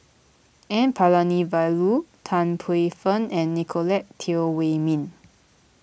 N Palanivelu Tan Paey Fern and Nicolette Teo Wei Min